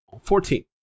Fourteen